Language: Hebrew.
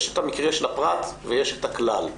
יש את המקרה של הפרט ויש את המקרה של הכלל.